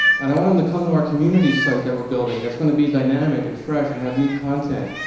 and i want them to come to our community site that we're building that's gonna be dynamic and fresh and have new content.